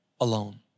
alone